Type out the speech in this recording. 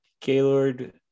Gaylord